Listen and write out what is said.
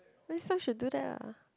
next time should do that lah